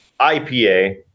ipa